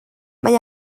mae